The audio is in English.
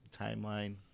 timeline